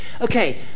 Okay